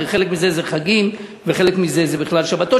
הרי חלק מזה אלה חגים וחלק זה בכלל שבתות,